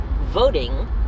voting